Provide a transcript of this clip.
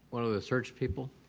one of the search people?